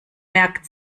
merkt